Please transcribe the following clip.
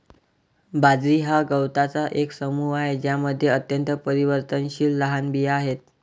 बाजरी हा गवतांचा एक समूह आहे ज्यामध्ये अत्यंत परिवर्तनशील लहान बिया आहेत